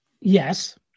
yes